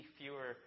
fewer